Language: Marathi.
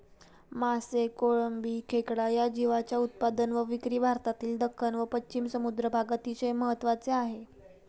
मासे, कोळंबी, खेकडा या जीवांच्या उत्पादन व विक्री भारतातील दख्खन व पश्चिम समुद्री भाग अतिशय महत्त्वाचे आहे